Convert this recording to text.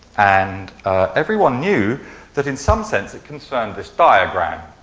and everyone knew that in some sense it concerned this diagram.